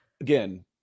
Again